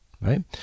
right